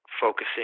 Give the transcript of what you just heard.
focusing